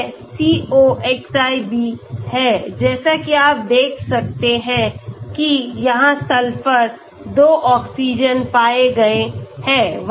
यह Coxib है जैसा कि आप देख सकते हैं कि यहां सल्फर दो ऑक्सीजेन पाए गए हैं